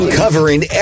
covering